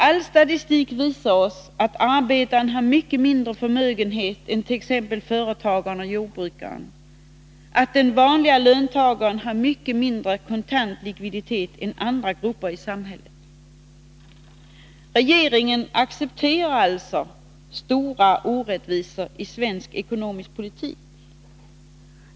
All statistik visar oss att arbetaren har mycket mindre förmögenhet än t.ex. företagaren och jordbrukaren och att den vanliga löntagaren har mycket mindre kontant likviditet än andra grupper i samhället. Regeringen accepterar alltså stora orättvisor i svensk ekonomisk politik.